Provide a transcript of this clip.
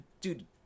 dude